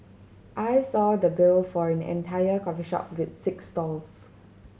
I saw the bill for an entire coffee shop with six stalls